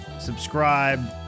subscribe